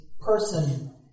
person